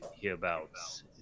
hereabouts